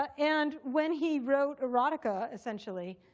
and when he wrote erotica, essentially,